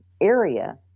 area